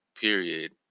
period